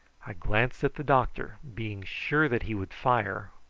i glanced at the doctor, being sure that he would fire,